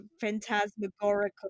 phantasmagorical